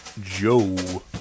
Joe